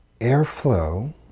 airflow